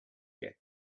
get